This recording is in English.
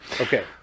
Okay